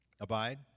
Abide